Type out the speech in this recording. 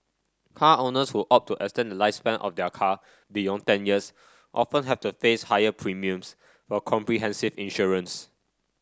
car owners who opt to extend the lifespan of their car beyond ten years often have to a face higher premiums for comprehensive insurance